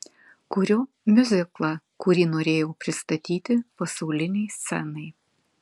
kuriu miuziklą kurį norėjau pristatyti pasaulinei scenai